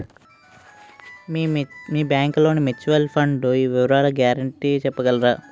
మీ bank లోని mutual fund వివరాల guarantee చెప్పగలరా?